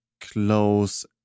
close